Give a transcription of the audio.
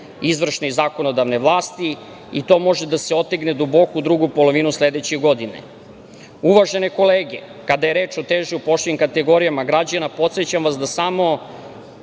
izvršne i zakonodavne vlasti i to može da se otegne duboko u drugu polovinu sledeće godine. Uvažene kolege, kada je reč o teško upošljivim kategorijama građana, podsećam vas da samo